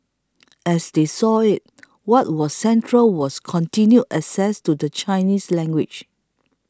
as they saw it what was central was continued access to the Chinese language